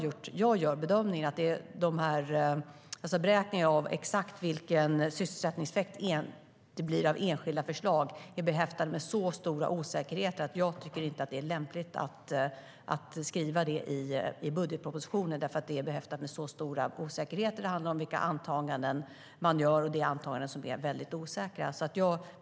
Jag gör bedömningen att beräkningar av exakt vilken sysselsättningseffekt det blir av enskilda förslag är behäftade med så stora osäkerheter att jag inte tycker att det är lämpligt att ange detta i budgetpropositionen. Det handlar om vilka antaganden man gör, och det är antaganden som är mycket osäkra.